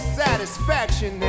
satisfaction